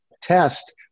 test